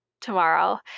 tomorrow